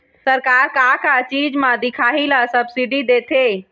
सरकार का का चीज म दिखाही ला सब्सिडी देथे?